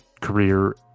career